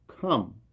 Come